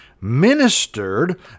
ministered